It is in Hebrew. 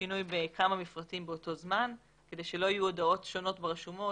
שינוי בכמה מפרטים באותו זמן כדי שלא יהיו הודעות שונות ברשומות,